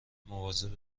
مواظب